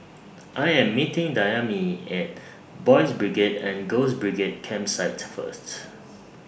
I Am meeting Dayami At Boys' Brigade and Girls' Brigade Campsite First